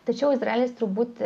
tačiau izraelis turbūt